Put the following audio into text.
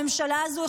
הממשלה הזו,